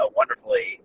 wonderfully